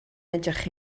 edrych